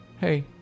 hey